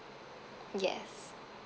yes